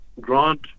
grant